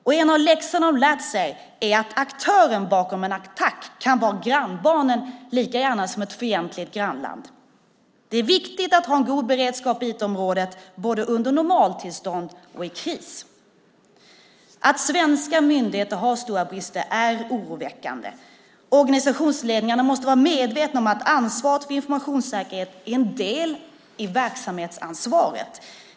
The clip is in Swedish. En av de läxor man har lärt sig är att aktören bakom en attack kan vara grannbarnen lika gärna som ett fientligt grannland. Det är viktigt att ha en god beredskap på IT-området, både under normaltillstånd och under kris. Att svenska myndigheter har stora brister är oroväckande. Organisationsledningarna måste vara medvetna om att ansvaret för informationssäkerhet är en del i verksamhetsansvaret.